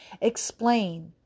explain